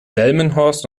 delmenhorst